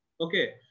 Okay